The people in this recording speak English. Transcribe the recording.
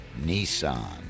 Nissan